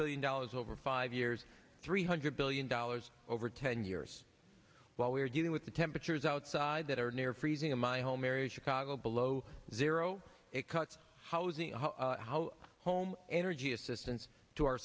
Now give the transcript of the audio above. billion dollars over five years three hundred billion dollars over ten years while we are dealing with the temperatures outside that are near freezing in my home area chicago below zero it cuts housing how home energy assistance